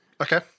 Okay